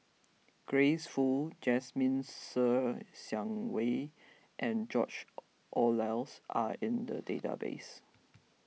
Grace Fu Jasmine Ser Xiang Wei and George Oehlers are in the database